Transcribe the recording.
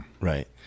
Right